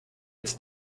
its